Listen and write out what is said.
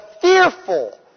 fearful